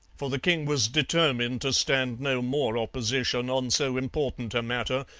for the king was determined to stand no more opposition on so important a matter,